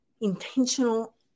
intentional